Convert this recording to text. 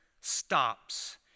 stops